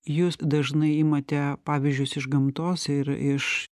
jūs dažnai imate pavyzdžius iš gamtos ir iš